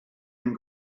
and